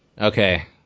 Okay